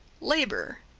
labor,